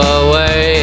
away